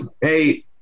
hey